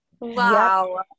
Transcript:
Wow